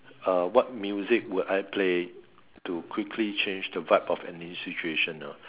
uh what music would I play to quickly change the vibe of any situation ah